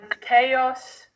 chaos